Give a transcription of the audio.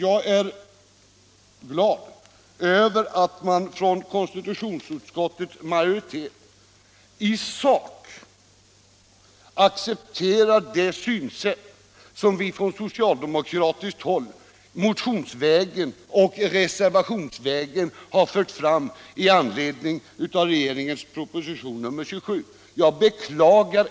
Jag är glad över att konstitutionsutskottets majoritet i sak accepterar det synsätt som vi från socialdemokratiskt håll motionsvägen och reservationsvägen har fört fram i anledning av regeringens proposition 1976/77:27.